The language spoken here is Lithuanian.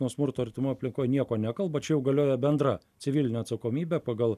nuo smurto artimoj aplinkoj nieko nekalba čia jau galioja bendra civilinė atsakomybė pagal